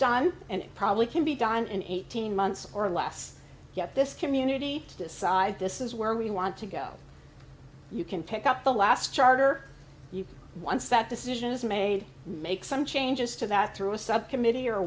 stuff and it probably can be done in eighteen months or less yet this community decide this is where we want to go you can pick up the last charter you can once that decision is made make some changes to that through a subcommittee or